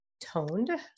toned